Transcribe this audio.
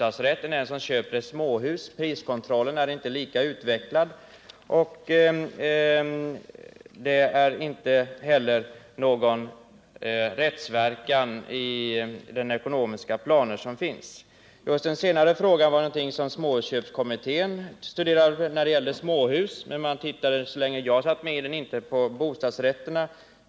Priskontrollen i samband med bostadsrättsöverlåtelser är inte lika utvecklad, och i fråga om de ekonomiska planerna är rättsverkan oklar. Just den senare frågan var någonting som småhusköpskommittén studerade när det gällde småhus, men man studerade den inte, i varje fall inte så länge jag var med i kommittén, när det gällde bostadsrätterna.